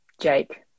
Jake